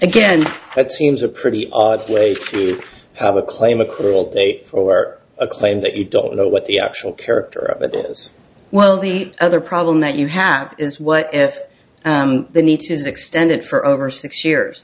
again it seems a pretty odd lately have a claim accrual date for a claim that you don't know what the actual character of it is well the other problem that you have is what if the needs is extended for over six years